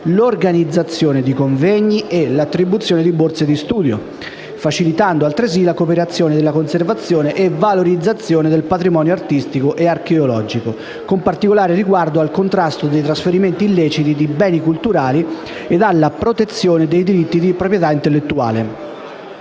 l'organizzazione di convegni e l'attribuzione di borse di studio, facilitando altresì la cooperazione nella conservazione e valorizzazione del patrimonio artistico e archeologico, con particolare riguardo al contrasto dei trasferimenti illeciti di beni culturali ed alla protezione dei diritti di proprietà intellettuale.